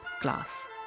Glass